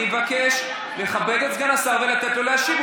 אני מבקש לכבד את סגן השר ולתת לו להשיב.